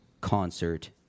concert